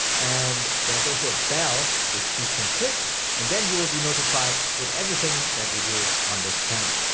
and there's also a bell, which you can click and then you will be notified with everything that we do on this channel.